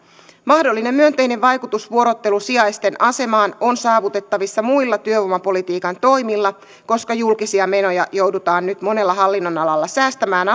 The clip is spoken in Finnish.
mahdollinen myönteinen vaikutus vuorottelusijaisten asemaan on saavutettavissa muilla työvoimapolitiikan toimilla koska julkisia menoja joudutaan nyt monella hallinnonalalla säästämään